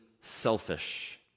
selfish